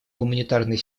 гуманитарной